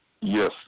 Yes